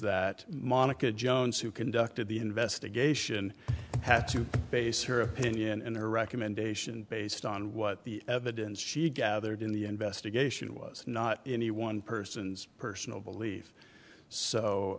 that monica jones who conducted the investigation had to base her opinion and her recommendation based on what the evidence she gathered in the investigation was not any one person's personal belief so